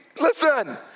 Listen